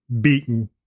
beaten